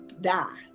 die